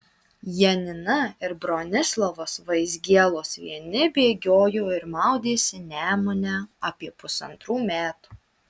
janina ir bronislovas vaizgielos vieni bėgiojo ir maudėsi nemune apie pusantrų metų